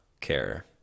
care